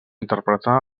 interpretar